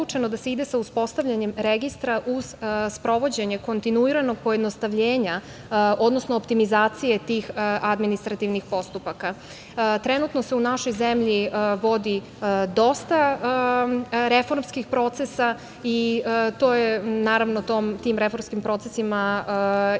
da se ide sa uspostavljanjem registra uz sprovođenje kontinuiranog pojednostavljenja, odnosno optimizacije tih administrativnih postupaka. Trenutno se u našoj zemlji vodi dosta reformskih procesa. Naravno, tim reformskim procesima je